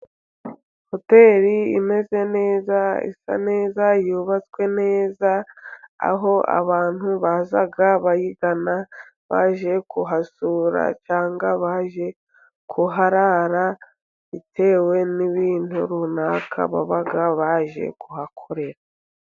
Hoteri imeze neza isa neza yubatswe neza, aho abantu baza bayigana baje kuhasura cyangwa baje kuharara, bitewe n'ibintu runaka baba baje kuhakorera.